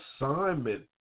assignment